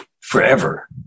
forever